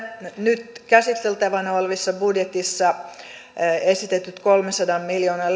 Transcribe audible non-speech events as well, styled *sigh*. nyt käsiteltävänä olevassa budjetissa esitettyjen kolmensadan miljoonan *unintelligible*